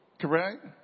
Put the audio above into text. Correct